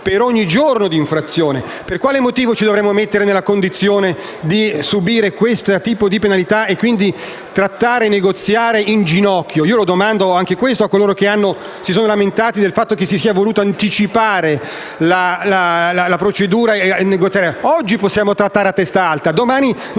Per quale motivo dovremmo metterci nella condizione di subire questo tipo di penalità e quindi negoziare in ginocchio? Lo domando a coloro che si sono lamentati del fatto che si sia voluta anticipare la procedura. Oggi possiamo trattare a testa alta. Domani negozieremmo